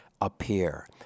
appear